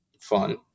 fun